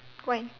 why